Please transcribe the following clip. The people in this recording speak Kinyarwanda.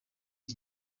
iki